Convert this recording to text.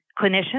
Clinicians